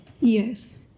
Yes